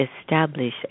establish